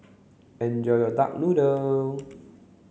enjoy your duck noodle